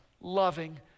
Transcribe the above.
loving